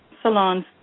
salons